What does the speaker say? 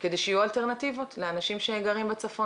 יש חייבים ויש חייבים אבל תמיד אפשר לדאוג לשלם עבור השירות שמקבלים.